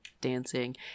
dancing